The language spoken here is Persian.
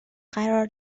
قرار